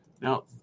now